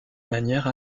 manière